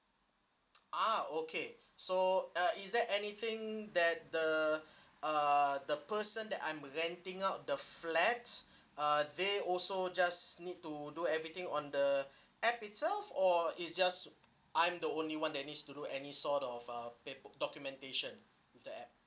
ah okay so uh is there anything that the uh the person that I'm renting out the flats uh they also just need to do everything on the app itself or is just I'm the only one that needs to do any sort of uh pa~ documentation with the app